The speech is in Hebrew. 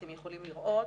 אתם יכולים לראות,